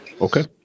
Okay